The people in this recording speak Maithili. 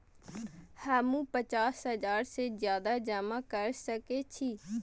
हमू पचास हजार से ज्यादा जमा कर सके छी?